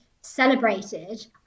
celebrated